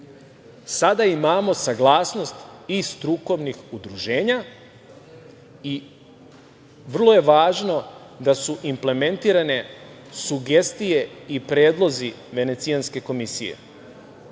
sada imamo saglasnost i strukovnih udruženja i vrlo je važno da su implementirane sugestije i predlozi Venecijanske komisije.